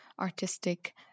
artistic